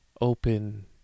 open